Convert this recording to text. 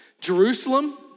Jerusalem